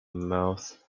month